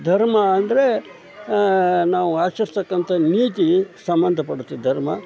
ಧರ್ಮ ಅಂದರೆ ನಾವು ಆಚರಿಸ್ತಕ್ಕಂಥ ನೀತಿ ಸಂಬಂಧ ಪಡುತ್ತೆ ಧರ್ಮ